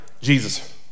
Jesus